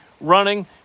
Running